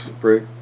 break